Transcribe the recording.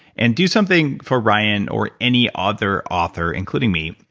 and do something for ryan or any other author, including me,